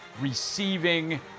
receiving